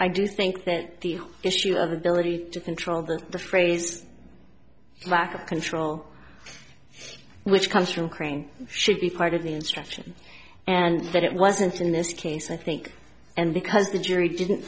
i do think that the issue of ability to control the phrase is lack of control which comes from crying should be part of the instruction and that it wasn't in this case i think and because the jury didn't